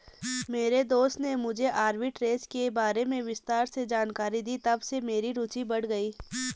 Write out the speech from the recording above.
मेरे दोस्त ने मुझे आरबी ट्रेज़ के बारे में विस्तार से जानकारी दी तबसे मेरी रूचि बढ़ गयी